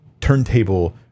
turntable